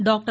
doctor